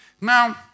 Now